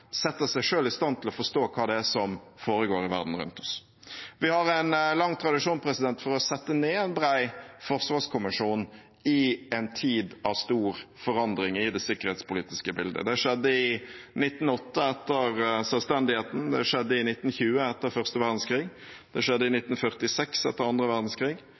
seg selv i stand til å forstå hva det er som foregår i verden rundt oss. Vi har en lang tradisjon for å sette ned en bred forsvarskommisjon i en tid av stor forandring i det sikkerhetspolitiske bildet. Det skjedde i 1908 etter selvstendigheten, det skjedde i 1920 etter første verdenskrig, det skjedde i 1946 etter andre verdenskrig,